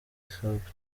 supt